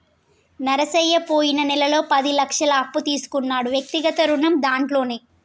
నరసయ్య పోయిన నెలలో పది లక్షల అప్పు తీసుకున్నాడు వ్యక్తిగత రుణం దాంట్లోనే